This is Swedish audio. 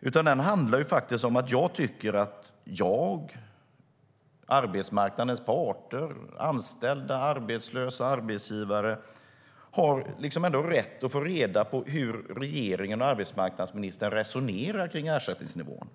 Den handlar faktiskt om att jag tycker att jag, arbetsmarknadens parter, anställda, arbetslösa och arbetsgivare ändå har rätt att få reda på hur regeringen och arbetsmarknadsministern resonerar kring ersättningsnivån.